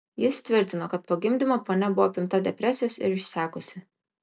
jis tvirtino kad po gimdymo ponia buvo apimta depresijos ir išsekusi